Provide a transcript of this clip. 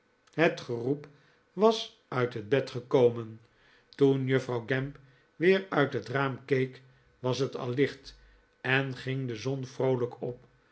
het geroep was uit het bed gekomen to en juffrouw gamp weer uit het raam keek was het al licht en ging de zon vroolijk op